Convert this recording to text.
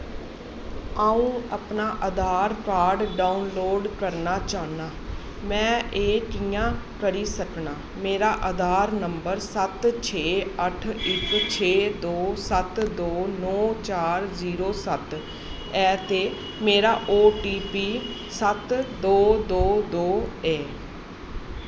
आऊं अपना Aadhaar card download करना चाह्न्नां मैं एह् कि'यां करी सकनां मेरा आधार नंबर सत्त छे अट्ठ इक छे दो सत्त दो नौ चार जीरो सत्त ऐ ते मेरा ओ टी पी सत्त दो दो दो ऐ